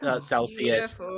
Celsius